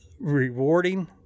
rewarding